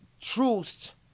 truth